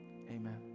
Amen